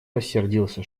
рассердился